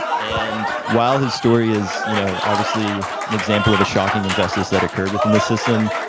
and while his story is, you know obviously an example of a shocking injustice that occurred within the system,